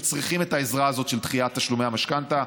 וצריכים את העזרה הזאת של דחיית תשלומי המשכנתה.